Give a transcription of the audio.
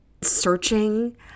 searching